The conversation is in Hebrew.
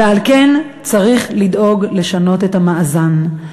ועל כן צריך לדאוג לשנות את המאזן.